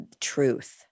truth